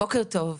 בוקר טוב.